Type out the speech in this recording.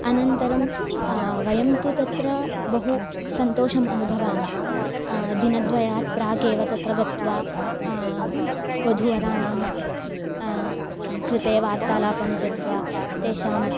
अनन्तरं वयं तु तत्र बहु सन्तोषम् अनुभवामः दिनद्वयस्य प्रागेव तत्र गत्वा वधूवराणां कृते वार्तालापं कृत्वा तेषां